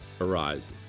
arises